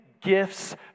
gifts